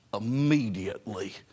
immediately